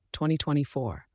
2024